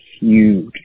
huge